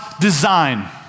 design